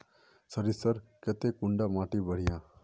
सरीसर केते कुंडा माटी बढ़िया?